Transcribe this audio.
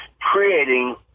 creating